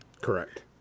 Correct